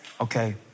okay